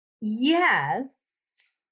Yes